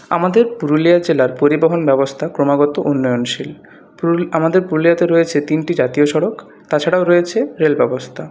আমাদের পুরুলিয়া জেলার পরিবহন ব্যবস্থা ক্রমাগত উন্নয়নশীল আমাদের পুরুলিয়াতে রয়েছে তিনটি জাতীয় সড়ক তা ছাড়াও রয়েছে রেল ব্যবস্থা